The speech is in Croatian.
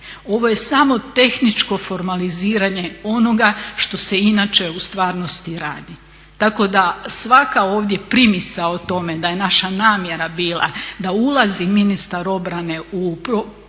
Ovo je samo tehničko formaliziranje onoga što se inače u stvarnosti radi. Tako da svaka ovdje primisao o tome da je naša namjera bila da ulazi ministar obrane u proces